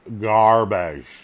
garbage